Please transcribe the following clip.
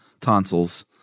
tonsils